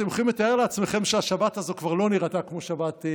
אתם יכולים לתאר לעצמכם שהשבת הזאת כבר לא נראתה כמו שצריך,